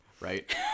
Right